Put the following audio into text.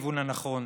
לכיוון הנכון.